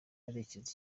berekeza